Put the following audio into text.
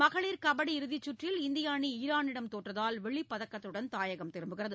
மகளிர் கபடி இறுதிச்சுற்றில் இந்திய அணி ஈரானிடம் தோற்றதால் வெள்ளிப்பதக்கத்துடன் தாயகம் திரும்புகிறது